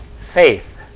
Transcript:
Faith